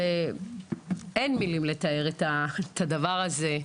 אין מילים לתאר את הדבר הזה,